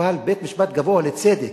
אבל בית-משפט גבוה לצדק,